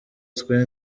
twe